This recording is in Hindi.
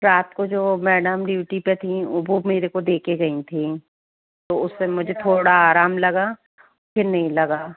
रात को जो मैडम ड्यूटी पर थीं वो मुझे दे कर गई थीं तो उससे मुझे थोड़ा आराम लगा फिर नहीं लगा